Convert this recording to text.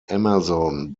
amazon